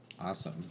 Awesome